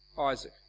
Isaac